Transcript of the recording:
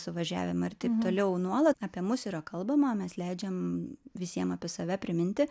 suvažiavimą ir taip toliau nuolat apie mus yra kalbama mes leidžiam visiem apie save priminti